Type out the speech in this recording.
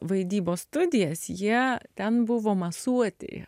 vaidybos studijas jie ten buvo masuotė